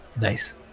Nice